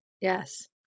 Yes